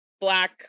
black